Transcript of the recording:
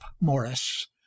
Morris